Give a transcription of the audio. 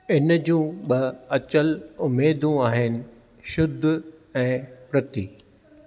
इन जूं ॿ अचल उमेदूं आहिनि शुद्ध ऐं प्रति